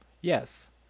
Yes